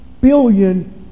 billion